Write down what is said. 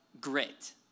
grit